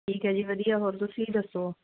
ਠੀਕ ਹੈ ਜੀ ਵਧੀਆ ਹੋਰ ਤੁਸੀਂ ਦੱਸੋ